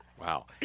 Wow